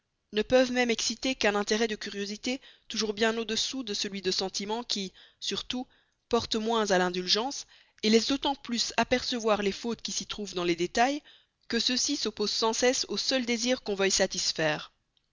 ne peuvent même exciter qu'un intérêt de curiosité toujours bien au dessous de celui de sentiment qui surtout porte moins à l'indulgence et laisse d'autant plus apercevoir les fautes qui s'y trouvent dans les détails que ceux-ci s'opposent sans cesse au seul désir qu'on veuille satisfaire